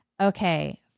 Okay